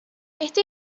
esta